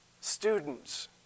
Students